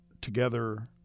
together